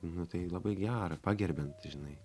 nu tai labai gera pagerbiant žinai